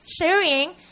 sharing